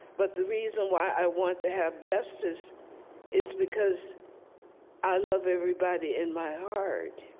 but the reason why i want to have justice is because i love everybody in my heart.